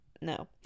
No